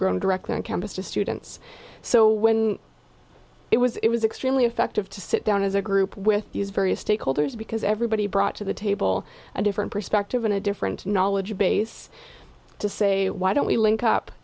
grown directly on campus to students so when it was it was extremely effective to sit down as a group with these various stakeholders because everybody brought to the table a different perspective and a different knowledge base to say why don't we link up